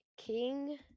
King